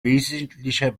wesentlicher